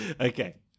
Okay